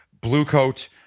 Bluecoat